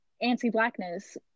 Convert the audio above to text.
anti-blackness